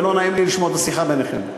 ולא נעים לי לשמוע את השיחה ביניכם.